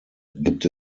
gibt